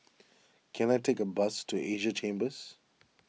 can I take a bus to Asia Chambers